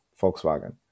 Volkswagen